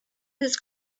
his